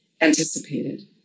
anticipated